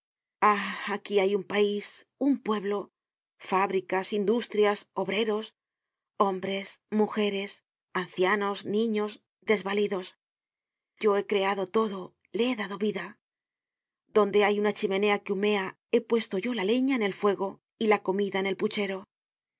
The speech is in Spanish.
aquí hay un pais un pueblo fábricas industria obreros hombres mujeres ancianos niños desvalidos yo he creado todo lo he dado vida donde hay una chimenea que humea he puesto yo la leña en el fuego y la coniida en el puchero